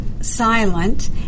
silent